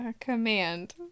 command